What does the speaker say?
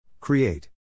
Create